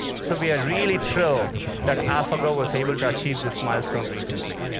so we are really thrilled that alphago was able to achieve this milestone recently.